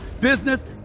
business